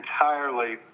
entirely